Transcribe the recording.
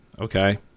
okay